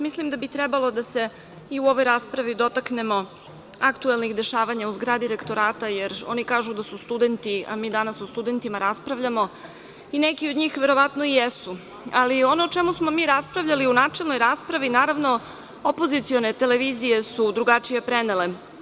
Mislim da bi trebalo da se i u ovoj raspravi dotaknemo aktuelnih dešavanja u zgradi Rektorata, jer oni kažu da su studenti, a mi danas o studentima raspravljamo i neki od njih verovatno i jesu, ali ono o čemu smo mi raspravljali u načelnoj raspravi, naravno, opozicione televizije su drugačije prenele.